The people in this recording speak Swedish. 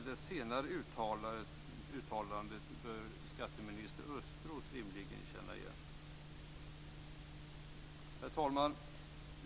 Det senare uttalandet bör skatteminister Östros rimligen känna igen.